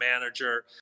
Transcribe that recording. Manager